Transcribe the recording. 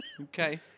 Okay